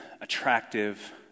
attractive